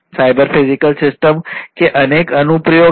cyber physical system के अनेक अनुप्रयोग हैं